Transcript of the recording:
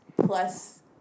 plus